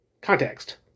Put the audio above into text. context